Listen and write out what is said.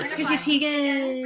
chrissy teigen.